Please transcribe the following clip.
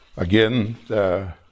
Again